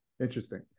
Interesting